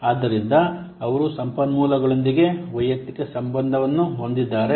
ಆದ್ದರಿಂದ ಅವರು ಸಂಪನ್ಮೂಲಗಳೊಂದಿಗೆ ವೈಯಕ್ತಿಕ ಸಂಬಂಧವನ್ನು ಹೊಂದಿದ್ದಾರೆ